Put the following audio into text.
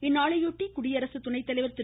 இந்நாளையொட்டி குடியரசு துணைத்தலைவர் திரு